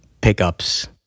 pickups